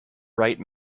bright